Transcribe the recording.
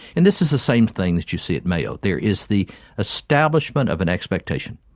and this is the same thing that you see at mayo. there is the establishment of an expectation,